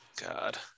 God